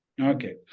okay